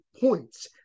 points